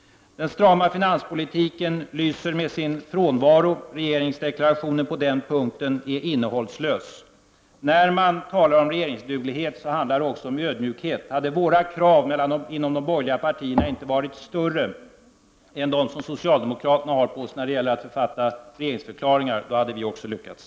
Den strama finanspolitiken lyser med sin frånvaro. Regeringsdeklarationen är på den punkten innehållslös. När man talar om regeringsduglighet handlar det också om ödmjukhet. Om kraven på de borgerliga partierna inte hade varit större än de krav som ställs på socialdemokraterna när det gäller att författa regeringsförklaringar, då hade också vi lyckats.